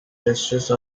justice